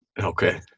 okay